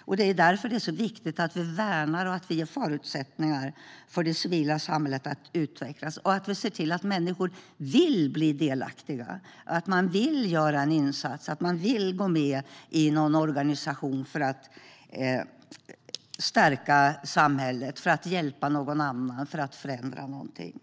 och därför är det så viktigt att vi värnar och ger förutsättningar för det civila samhället att utvecklas och att vi ser till att människor vill bli delaktiga och göra en insats, att man vill gå med i någon organisation för att stärka samhället, för att hjälpa någon annan eller för att förändra någonting.